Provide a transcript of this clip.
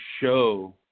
show